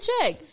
check